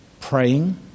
praying